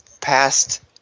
past